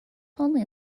only